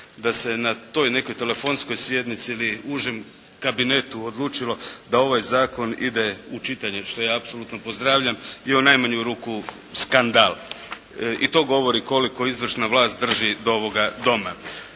da se na toj nekoj telefonskoj sjednici ili Užem kabinetu odlučilo da ovaj Zakon ide u čitanje što ja apsolutno pozdravljam, je u najmanju ruku skandal i to govori koliko izvršna vlast drži do ovoga Doma.